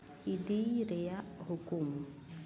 ᱤᱫᱤᱭ ᱨᱮᱭᱟᱜ ᱦᱩᱠᱩᱢ